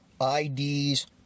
IDs